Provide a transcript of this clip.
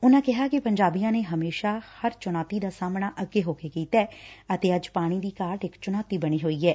ਉਨਾਂ ਕਿਹਾ ਕਿ ਪੰਜਾਬੀਆਂ ਨੇ ਹਮੇਸ਼ਾ ਹਰ ਚੁਣੌਤੀ ਦਾ ਸਾਹਮਣਾ ਅੱਗੇ ਹੋ ਕੇ ਕੀਤੈ ਅਤੇ ਅੱਜ ਪਾਣੀ ਦੀ ਘਾਟ ਇਕ ਚੁਣੌਤੀ ਬਣੀ ਹੋਈ ਐ